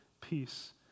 peace